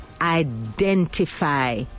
identify